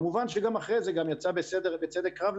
כמובן שגם אחרי זה גם יצא בצדק רב,